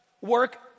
work